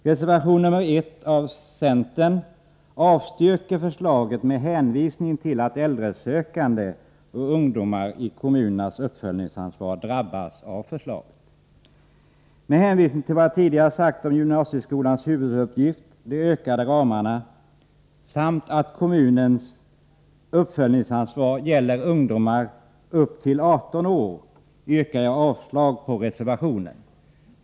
Reservation 1 av centern avstyrker förslaget med hänsyn till att äldre sökande och ungdomar i kommunernas uppföljningsansvar drabbas av förslaget. Med hänvisning till vad jag tidigare sagt om gymnasieskolans huvuduppgift, de ökade ramarna samt att kommunernas uppföljningsansvar gäller åldern upp till 18 år, yrkar jag avslag på reservationen.